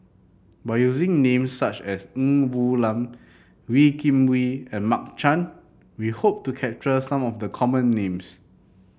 by using names such as Ng Woon Lam Wee Kim Wee and Mark Chan we hope to capture some of the common names